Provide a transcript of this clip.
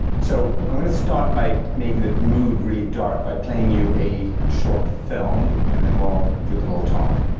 so i'm gonna start by making the mood really dark by playing you a short film and then we'll do the little talk.